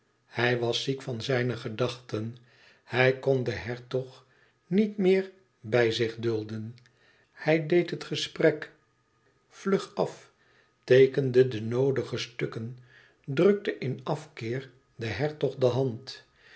hij was ziek van zijne gedachten hij kon den hertog niet meer bij zich dulden hij deed het gesprek vlug af teekende de noodige stukken drukte in afkeer den hertog de hand